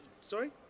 Sorry